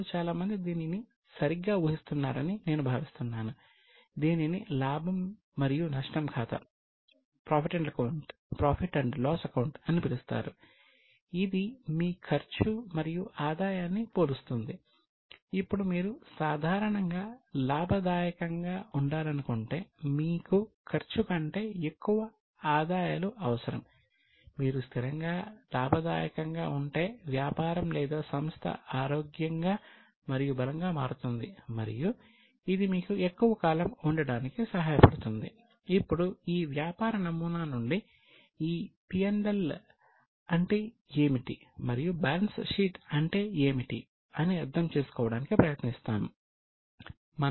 మీలో చాలా మంది దీనిని సరిగ్గా ఊహిస్తున్నారని నేను భావిస్తున్నాను దీనిని లాభం మరియు నష్టం ఖాతా అంటే ఏమిటి మరియు బ్యాలెన్స్ షీట్ అంటే ఏమిటి అని అర్థం చేసుకోవడానికి ప్రయత్నిస్తాము